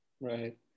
Right